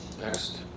Next